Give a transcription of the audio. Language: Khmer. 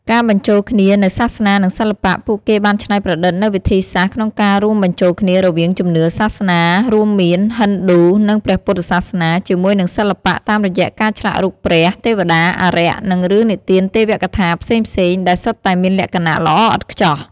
ការបញ្ចូលគ្នានូវសាសនា និងសិល្បៈ ពួកគេបានច្នៃប្រឌិតនូវវិធីសាស្ត្រក្នុងការរួមបញ្ចូលគ្នារវាងជំនឿសាសនា រួមមាន ហិណ្ឌូ និងព្រះពុទ្ធសាសនា ជាមួយនឹងសិល្បៈ តាមរយៈការឆ្លាក់រូបព្រះ ទេវតា អារក្ស និងរឿងនិទានទេវកថាផ្សេងៗ ដែលសុទ្ធតែមានលក្ខណៈល្អឥតខ្ចោះ។